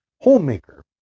Homemaker